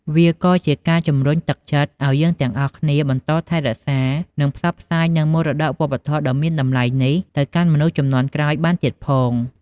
វាក៏ជាការជំរុញទឹកចិត្តឲ្យយើងទាំងអស់គ្នាបន្តថែរក្សា និងផ្សព្វផ្សាយនូវមរតកវប្បធម៌ដ៏មានតម្លៃនេះទៅកាន់មនុស្សជំនាន់ក្រោយបានទៀតផង។